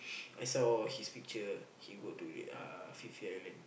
I saw his picture he go to uh Phi-Phi-Island